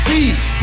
Peace